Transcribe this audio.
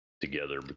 Together